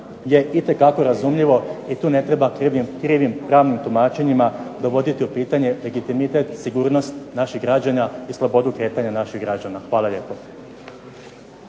je itekako razumljivo i tu ne treba krivim pravnim tumačenjima dovoditi u pitanje legitimitet, sigurnost naših građana i slobodu kretanja naših građana. Hvala lijepo.